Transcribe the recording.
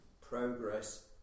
progress